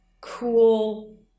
cool